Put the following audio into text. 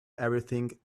everything